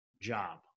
job